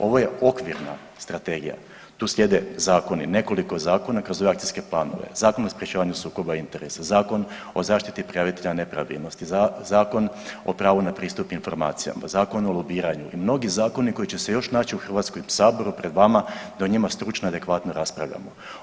Ovo je okvirna strategija, tu slijede zakoni, nekoliko zakona kroz ove akcijske planove, Zakon o sprječavanju sukoba interesa, Zakon o zaštiti prijavitelja nepravilnosti, Zakon o pravu na pristup informacijama, Zakon o lobiranju i mnogi zakoni koji će se još naći u HS pred vama da o njima stručno i adekvatno raspravljamo.